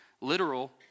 literal